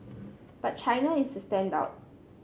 but China is the standout